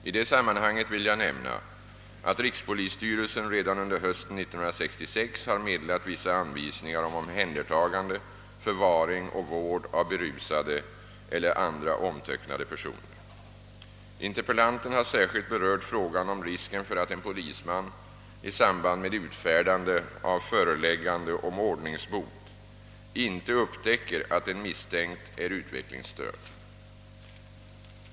I detta sammanhang vill jag nämna att rikspolisstyrelsen redan under hösten 1966 har meddelat vissa anvisningar om omhändertagande, förvaring och vård av berusade eller andra omtöcknade personer. Interpellanten har särskilt berört frågan om risken för att en polisman i samband med utfärdande av föreläggande om ordningsbot inte upptäcker att en misstänkt är utvecklingsstörd.